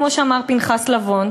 כמו שאמר פנחס לבון,